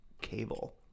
cable